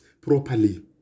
properly